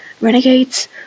Renegades